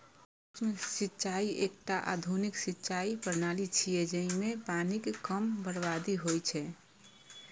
सूक्ष्म सिंचाइ एकटा आधुनिक सिंचाइ प्रणाली छियै, जइमे पानिक कम बर्बादी होइ छै